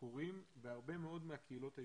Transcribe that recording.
קורים בהרבה מאוד מהקהילות היהודיות.